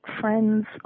friends